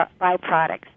byproducts